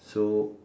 so